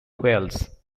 whales